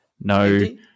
No